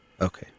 Okay